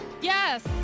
Yes